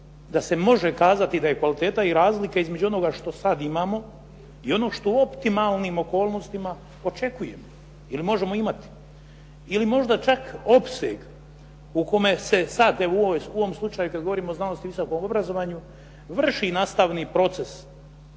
da se može kazati da je kvaliteta i razlika između onoga što sada imamo i ono što u optimalnim okolnostima očekujemo ili možemo imati ili možda čak opseg u kome se sad u ovom slučaju kada govorimo o znanosti i visokom obrazovanju, vrši nastavni proces,